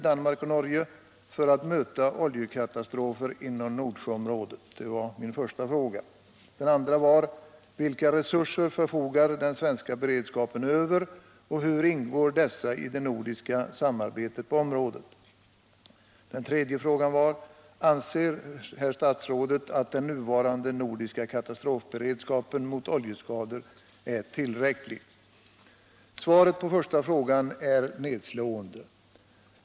Danmark och Norge — för att möta oljekatastrofer inom Nordsjöområdet?” Den andra frågan löd: "Vilka resurser förfogar den svenska beredskapen över och hur ingår dessa i det nordiska samarbetet på området?” Den tredje frågan löd: ”Anser statsrådet att den nuvarande nordiska katastrofberedskapen mot oljeskador är tillräcklig?” Svaret på den första frågan är nedslående.